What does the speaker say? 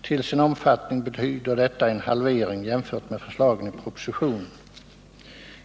Till sin omfattning innebär detta en halvering jämfört med förslagen i propositionen.